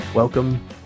Welcome